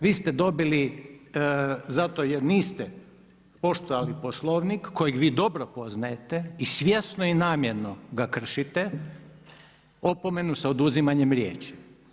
Vi ste dobili zato jer niste poštovali Poslovnik kojeg vi dobro poznajete i svjesno i namjerno ga kršite, opomenu sa oduzimanjem riječi.